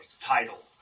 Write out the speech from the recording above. title